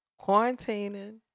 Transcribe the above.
quarantining